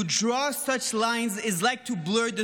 To draw such lines is like to blur the